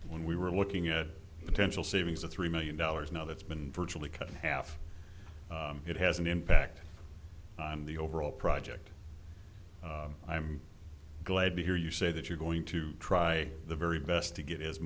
when we were looking at potential savings of three million dollars now that's been virtually cut in half it has an impact on the overall project i'm glad to hear you say that you're going to try the very best to get as